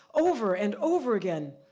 over and over again.